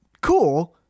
Cool